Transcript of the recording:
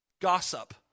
Gossip